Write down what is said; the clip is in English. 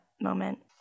moment